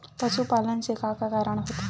पशुपालन से का का कारण होथे?